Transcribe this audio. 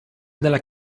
della